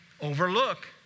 overlook